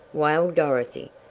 wailed dorothy.